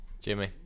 Jimmy